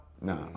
No